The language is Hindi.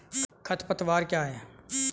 खरपतवार क्या है?